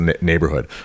neighborhood